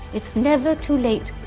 it's never too late.